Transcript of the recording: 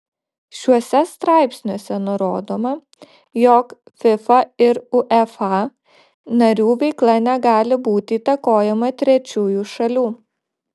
šiuose straipsniuose nurodoma jog fifa ir uefa narių veikla negali būti įtakojama trečiųjų šalių